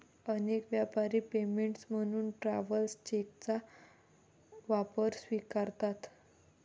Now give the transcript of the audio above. अनेक व्यापारी पेमेंट म्हणून ट्रॅव्हलर्स चेकचा वापर स्वीकारतात